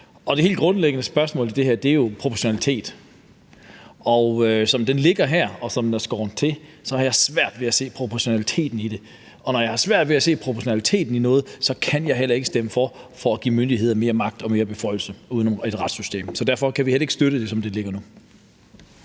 det helt grundlæggende spørgsmål her er jo i forhold til proportionalitet. Som lovforslaget ligger her og er skåret til, har jeg svært ved at se proportionaliteten i det, og når jeg har svært ved at se proportionaliteten i noget, kan jeg heller ikke stemme for at give myndighederne mere magt og flere beføjelser uden om et retssystem, så derfor kan vi heller ikke støtte det, som det ligger nu.